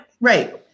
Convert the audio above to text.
Right